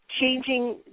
Changing